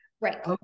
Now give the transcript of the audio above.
Right